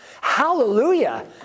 hallelujah